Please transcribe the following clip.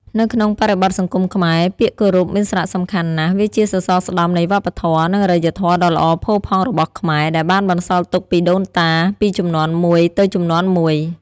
នៅក្នុងបរិបទសង្គមខ្មែរ ពាក្យគោរពមានសារៈសំខាន់ណាស់ វាជាសសរស្តម្ភនៃវប្បធម៌ និងអរិយធម៌ដ៏ល្អផូរផង់របស់ខ្មែរ ដែលបានបន្សល់ទុកពីដូនតាពីជំនាន់មួយទៅជំនាន់មួយ។